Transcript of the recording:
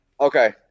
Okay